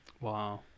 Wow